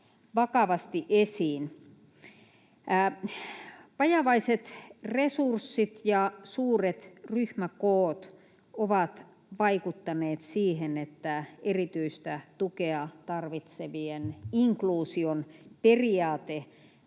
Vajavaiset resurssit ja suuret ryhmäkoot ovat vaikuttaneet siihen, että erityistä tukea tarvitsevien inkluusion periaate